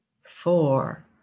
four